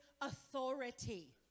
authority